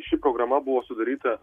ši programa buvo sudaryta